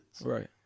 Right